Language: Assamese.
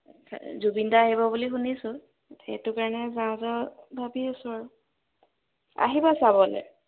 জুবিনদা আহিব বুলি শুনিছোঁ সেইটো কাৰণে যাওঁ যাওঁ ভাবি আছোঁ আৰু আহিবা চাবলৈ